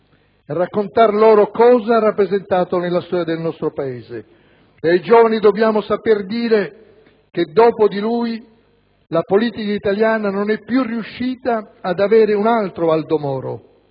e raccontar loro cosa ha rappresentato nella storia del nostro Paese. Ai giovani dobbiamo saper dire che dopo di lui la politica italiana non è più riuscita ad avere un altro Aldo Moro.